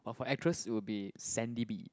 but for actress it will be Sandy Bee